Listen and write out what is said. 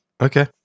Okay